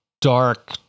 dark